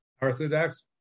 orthodox